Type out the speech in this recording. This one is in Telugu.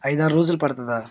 ఐదు ఆరు రోజులు పడుతుందా